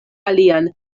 alian